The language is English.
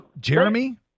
Jeremy